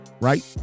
right